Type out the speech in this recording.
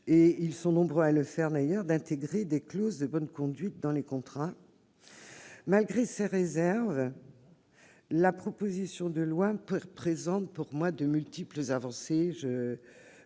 d'ailleurs nombreux à le faire -d'intégrer des clauses de bonne conduite dans les contrats. Malgré ces réserves, la proposition de loi présente à mes yeux de multiples avancées.